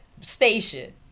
station